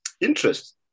interest